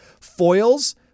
foils